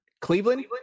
cleveland